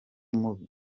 mubi